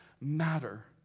matter